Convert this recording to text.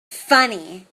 funny